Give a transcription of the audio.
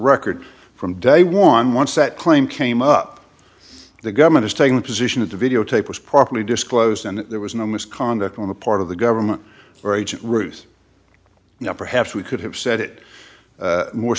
record from day one once that claim came up the government is taking the position of the videotape was properly disclosed and there was no misconduct on the part of the government or agent ruth now perhaps we could have said it more